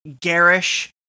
garish